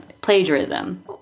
plagiarism